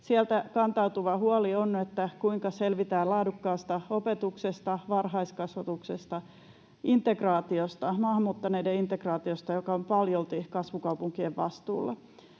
Sieltä kantautuva huoli on, kuinka selvitään laadukkaasta opetuksesta, varhaiskasvatuksesta ja maahan muuttaneiden integraatiosta, joka on paljolti kasvukaupunkien vastuulla,